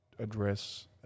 address